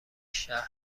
شهر